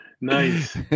Nice